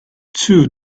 two